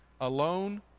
Alone